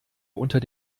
unter